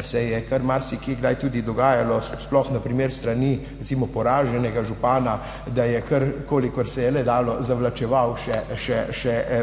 se je kar marsikje kdaj tudi dogajalo, sploh na primer s strani recimo poraženega župana, da je kar, kolikor se je le dalo, zavlačeval